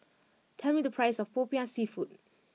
tell me the price of Popiah Seafood